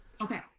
Okay